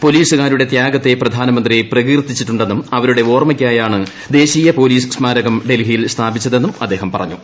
പൊലീസുകാരുടെ പ്രധാനമന്ത്രി ത്യാഗത്തെ പ്രകീർത്തിച്ചിട്ടുണ്ടെന്നും അവരുടെ ഓർമ്മയ്ക്കായാണ് ദേശീയ പൊലീസ് സ്മാരകം ഡൽഹിയിൽ സ്ഥാപിച്ചതെന്നും അദ്ദേഹം പറഞ്ഞു